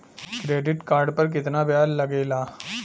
Credit card पर कितना ब्याज लगेला?